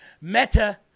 Meta